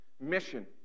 Mission